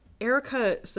Erica